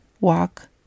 walk